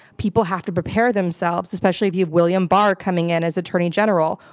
people have to prepare themselves, especially if you have william barr coming in as attorney general.